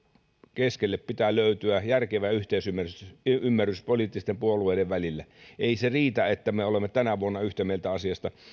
keskelle pitää löytyä järkevä yhteisymmärrys yhteisymmärrys poliittisten puolueiden välille ei se riitä että me olemme tänä vuonna yhtä mieltä asiasta